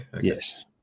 Yes